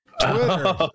Twitter